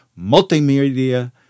multimedia